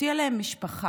שתהיה להם משפחה,